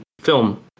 film